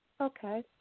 Okay